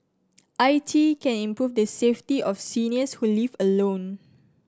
I T can improve the safety of seniors who live alone